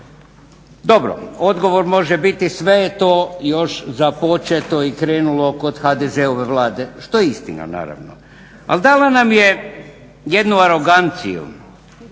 Dobro, odgovor može biti sve je to još započeto i krenulo kod HDZ-ove vlada što je istina naravno, ali dala nam je jednu aroganciju,